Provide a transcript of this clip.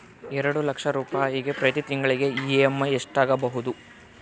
ಎರಡು ಲಕ್ಷ ರೂಪಾಯಿಗೆ ಪ್ರತಿ ತಿಂಗಳಿಗೆ ಇ.ಎಮ್.ಐ ಎಷ್ಟಾಗಬಹುದು?